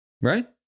Right